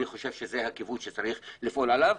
אני חושב שזה הכוון שצריך לפעול אליו,